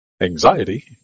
Anxiety